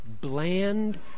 bland